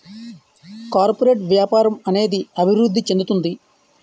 corporate వ్యాపారం అనేది అభివృద్ధి చెందుతుంది